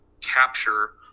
capture